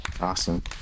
awesome